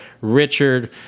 richard